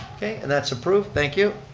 okay, and that's approved, thank you.